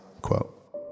quote